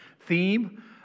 Theme